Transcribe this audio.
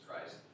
Christ